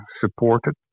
supported